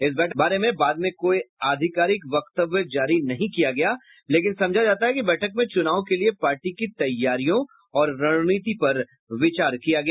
इस बैठक के बारे में बाद में कोई आधिकारिक वक्तव्य जारी नहीं किया गया लेकिन समझा जाता है कि बैठक में चुनाव के लिए पार्टी की तैयारियों और रणनीति पर विचार किया गया